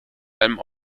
allem